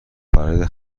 برای